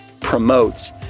promotes